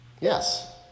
Yes